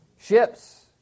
Ships